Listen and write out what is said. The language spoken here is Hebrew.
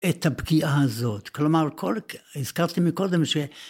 את הפגיעה הזאת, כלומר כל... הזכרתי מקודם ש